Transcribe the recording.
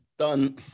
done